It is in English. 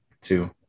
two